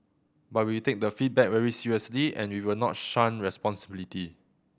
but we take the feedback very seriously and we will not shun responsibility